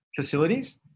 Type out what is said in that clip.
facilities